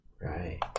Right